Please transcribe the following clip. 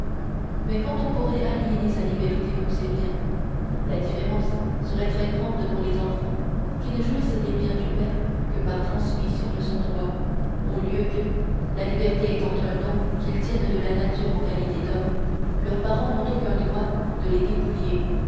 mais quand on pourrait aliéner sa liberté comme ses biens la différence serait très grande pour les enfants qui ne jouissent des biens du père que par transmission de son droit au lieu que la liberté étant un don qu'ils tiennent de la nature en qualité d'hommes leurs parents n'ont eu aucun droit de les en dépouiller